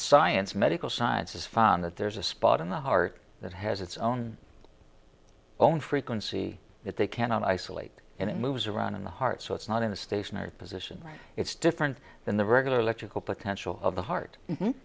science medical science has found that there's a spot in the heart that has its own own frequency that they cannot isolate and it moves around in the heart so it's not in a stationary position it's different than the regular electrical potential of the heart